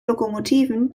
lokomotiven